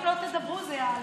תדברו, זה יעלה.